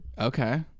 Okay